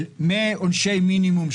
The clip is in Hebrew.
מעונשי מינימום,